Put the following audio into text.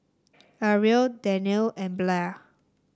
Arvil Danelle and Blair